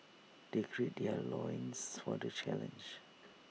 they gird their loins for the challenge